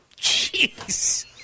Jeez